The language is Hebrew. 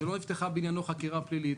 שלא נפתחה בעניינו חקירה פלילית,